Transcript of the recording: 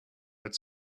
but